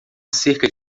cerca